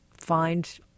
find